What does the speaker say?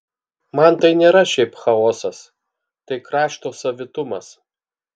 man tai nėra šiaip chaosas tai krašto savitumas